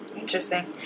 Interesting